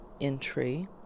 entry